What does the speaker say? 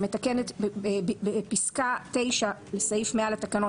שמתקן את פסקה (9) בסעיף 100 לתקנון,